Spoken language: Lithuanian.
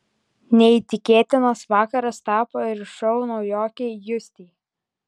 neįtikėtinas vakaras tapo ir šou naujokei justei